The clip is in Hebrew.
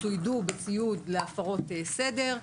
צוידו בציוד להפרות סדר,